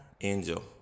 angel